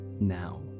now